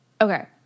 Okay